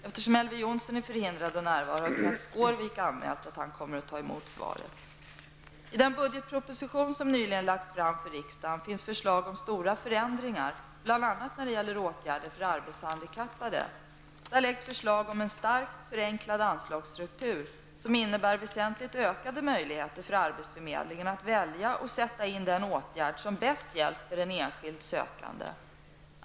Eftersom Elver Jonsson är förhindrad att närvara har Kenth Skårvik anmält att han kommer att ta emot mitt svar. I den budgetproposition som nyligen lagts fram för riksdagen finns förslag om stora förändringar, bl.a. när det gäller åtgärder för arbetshandikappade. Där framläggs förslag om en starkt förenklad anslagsstruktur, som innebär väsentligt ökade möjligheter för arbetsförmedlingen att välja och sätta in den åtgärd som bäst hjälper den enskilda sökanden.